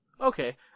Okay